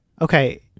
Okay